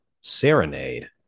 serenade